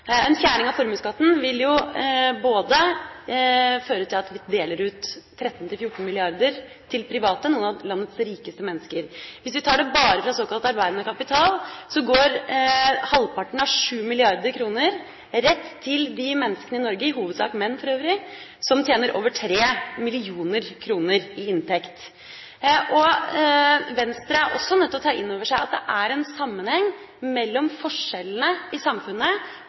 En fjerning av formuesskatten vil føre til at vi deler ut 13 mrd.–14 mrd. kr til private, til noen av landets rikeste mennesker. Hvis vi tar det bare fra såkalt arbeidende kapital, går halvparten, 7 mrd. kr, rett til de menneskene i Norge – i hovedsak menn, for øvrig – som har over 3 mill. kr i inntekt. Venstre er også nødt til å ta inn over seg at det er en sammenheng mellom forskjellene i samfunnet,